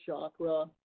chakra